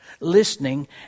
Listening